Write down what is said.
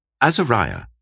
Azariah